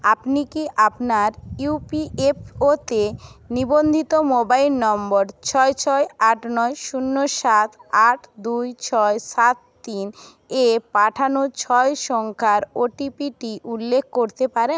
আপনি কি আপনার ইউপিএফওতে নিবন্ধিত মোবাইল নম্বর ছয় ছয় আট নয় শূন্য সাত আট দুই ছয় সাত তিন এ পাঠানো ছয় সংখ্যার ওটিপিটি উল্লেখ করতে পারেন